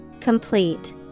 Complete